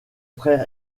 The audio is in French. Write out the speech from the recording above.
frère